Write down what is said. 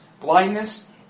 blindness